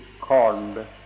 called